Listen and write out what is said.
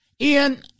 Ian